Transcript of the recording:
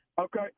Okay